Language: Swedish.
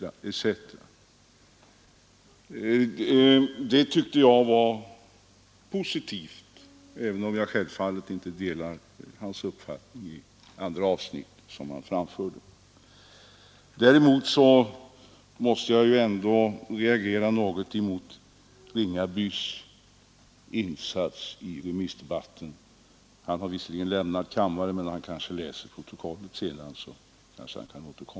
Däremot måste jag reagera mot vissa avsnitt i herr Ringabys anförande — han har visserligen lämnat kammaren men han kanske läser protokollet och kan återkomma i debatten vid ett annat tillfälle.